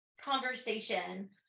conversation